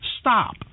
Stop